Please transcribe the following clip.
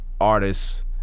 artists